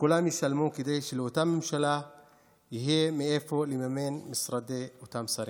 כולם ישלמו כדי שלאותה ממשלה יהיה מאיפה לממן את משרדי אותם שרים.